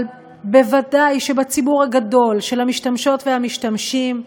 אבל ודאי שבציבור הגדול של המשתמשות והמשתמשים,